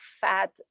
fat